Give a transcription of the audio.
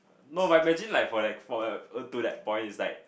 no but imagine like for like for like uh to that point is like